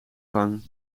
gang